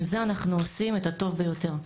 עם זה אנחנו עושים את הטוב ביותר.